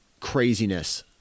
craziness